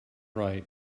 right